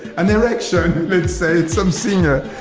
an erection let's say, some singer,